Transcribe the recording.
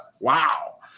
Wow